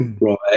Right